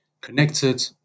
connected